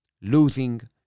losing